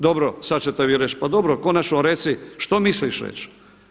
Dobro, sad ćete vi reći pa dobro konačno reci što misliš reći.